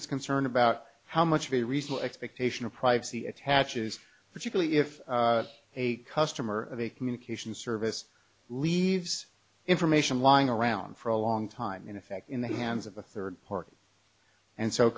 is concerned about how much of a reasonable expectation of privacy attaches particularly if a customer of a communications service leaves information lying around for a long time in effect in the hands of a third party and so